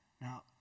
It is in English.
Now